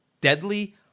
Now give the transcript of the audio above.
deadly